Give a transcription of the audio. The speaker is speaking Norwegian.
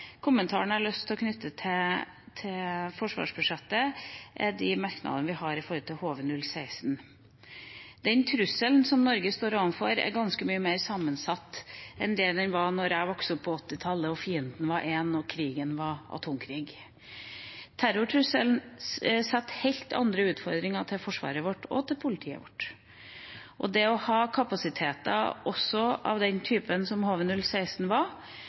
kommentaren jeg har lyst til å knytte til forsvarsbudsjettet, gjelder de merknadene vi har til HV016. Den trusselen som Norge står overfor, er ganske mye mer sammensatt enn den var da jeg vokste opp på 1980-tallet og fienden var én og krigen var atomkrig. Terrortrusselen gir helt andre utfordringer for forsvaret vårt og for politiet vårt. Det å ha kapasiteter også av den typen som HV016 var,